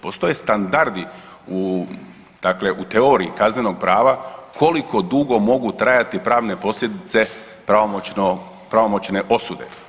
Postoje standardi, dakle u teoriji kaznenog prava koliko dugo mogu trajati pravne posljedice pravomoćne osude.